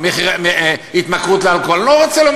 אני רוצה,